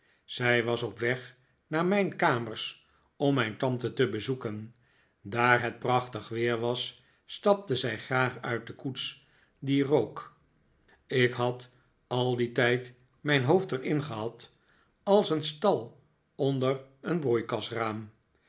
zij was op weg naar mijn kamers om mijn tante te bezoeken